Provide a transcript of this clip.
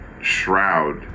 shroud